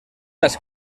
las